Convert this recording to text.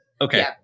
Okay